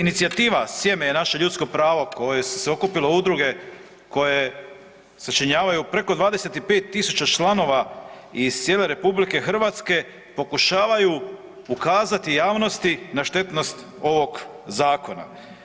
Inicijativa „Sjeme je naše ljudsko pravo“ u koje su se okupile udruge koje sačinjavaju preko 25.000 članova iz cijele RH pokušavaju ukazati javnosti na štetnost ovog zakona.